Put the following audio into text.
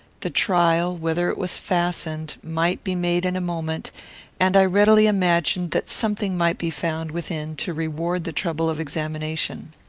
the trial, whether it was fastened, might be made in a moment and i readily imagined that something might be found within to reward the trouble of examination.